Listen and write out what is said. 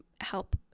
help